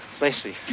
Lacey